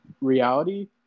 reality